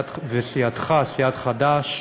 וסיעתך, סיעת חד"ש,